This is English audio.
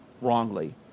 wrongly